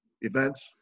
events